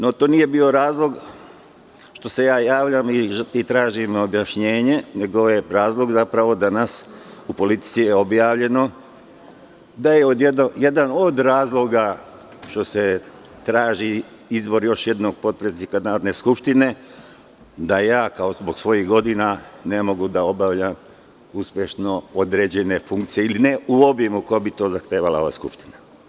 No, to nije bio razlog što se javljam i tražim objašnjenje, nego je razlog zapravo to što je danas u „Politici“ objavljeno da je jedan od razloga što se traži izbor još jednog potpredsednika Narodne skupštine to što ja zbog svojih godina ne mogu da obavljam uspešno određene funkcije ili ne u obimu u kojem bi zahtevala Skupština.